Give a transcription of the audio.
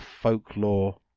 Folklore